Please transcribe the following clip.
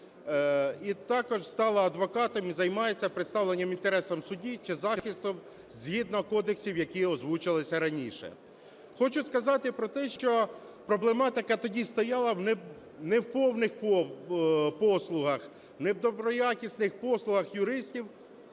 і також стала адвокатом і займається представленням інтересів у суді чи захистом згідно кодексів, які озвучилися раніше. Хочу сказати про те, що проблематика тоді стояла в неповних послугах, не в доброякісних послугах юристів